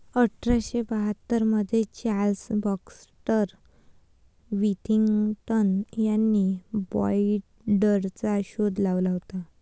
अठरा शे बाहत्तर मध्ये चार्ल्स बॅक्स्टर विथिंग्टन यांनी बाईंडरचा शोध लावला होता